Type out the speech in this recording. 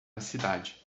cidade